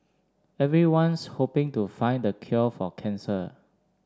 everyone's hoping to find the cure for cancer